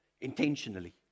Intentionally